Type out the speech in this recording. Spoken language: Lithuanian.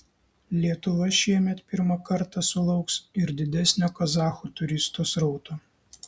lietuva šiemet pirmą kartą sulauks ir didesnio kazachų turistų srauto